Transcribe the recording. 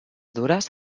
dures